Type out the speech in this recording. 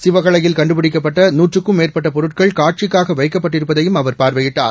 சிவகளையில் கண்டுபிடிக்கப்பட்ட நூற்றுக்கு மேற்பட்ட பொருட்கள் காட்சிக்காக வைக்கப்பட்டிருப்பதையும் அவர் பார்வையிட்டார்